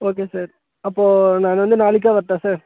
okay sir அப்போது நான் வந்து நாளைக்கே வரட்டா சார்